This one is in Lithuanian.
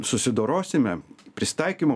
susidorosime prisitaikymo